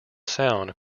sound